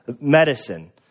medicine